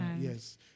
Yes